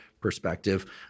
perspective